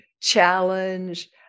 challenge